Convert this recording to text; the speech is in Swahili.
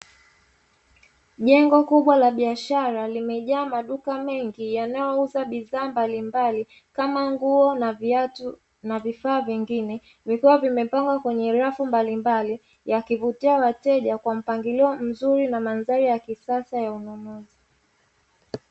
Jengo kubwa la biashara limejaa maduka mengi yanayouza bidhaa mbalimbali kama nguo, na viatu na vifaa vingine. vikiwa vimepangwa kwenye rafu mbalimbali, yakivutia wateja kwa mpangilio mzuri na mandhari ya kisasa ya ununuzi.